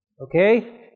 okay